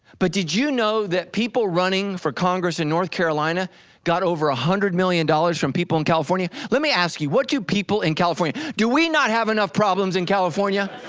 but did you know that people running for congress in north carolina got over one ah hundred million dollars from people in california? let me ask you, what do people in california? do we not have enough problems in california?